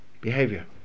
behavior